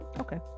Okay